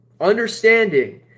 Understanding